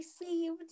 received